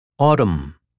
Autumn